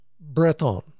Breton